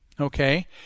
Okay